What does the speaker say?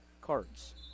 cards